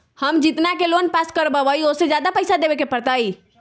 हम जितना के लोन पास कर बाबई ओ से ज्यादा पैसा हमरा देवे के पड़तई?